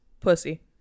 pussy